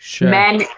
men